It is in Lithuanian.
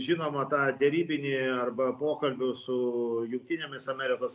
žinoma tą derybinį arba pokalbių su jungtinėmis amerikos